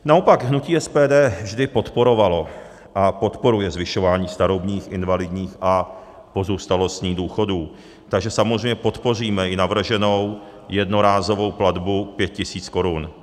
Naopak hnutí SPD vždy podporovalo a podporuje zvyšování starobních, invalidních a pozůstalostních důchodů, takže samozřejmě podpoříme i navrženou jednorázovou platbu pět tisíc korun.